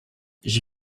j’y